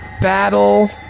Battle